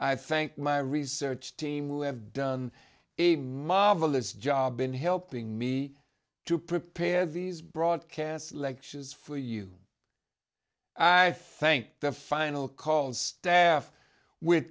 i thank my research team who have done a marvelous job in helping me to prepare these broadcasts lectures for you i think the final call staff with